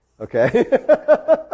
okay